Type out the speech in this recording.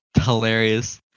hilarious